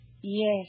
Yes